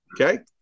Okay